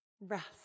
Rest